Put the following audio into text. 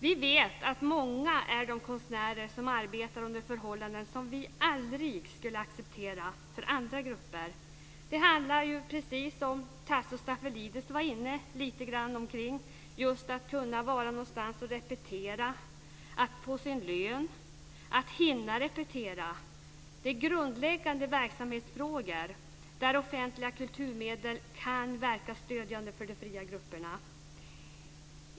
Vi vet att många är de konstnärer som arbetar under förhållanden som vi aldrig skulle acceptera för andra grupper. Det handlar ju, precis som Tasso Stafilidis var inne lite grann på, just om att kunna vara någonstans och repetera, att få sin lön och att hinna repetera. Det är alltså grundläggande verksamhetsfrågor, där offentliga kulturmedel kan verka stödjande för de fria grupperna.